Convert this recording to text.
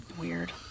Weird